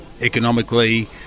economically